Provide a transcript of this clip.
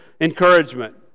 encouragement